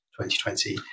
2020